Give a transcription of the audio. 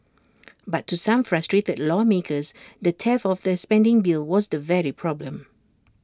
but to some frustrated lawmakers the heft of the spending bill was the very problem